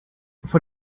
vor